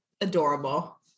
Adorable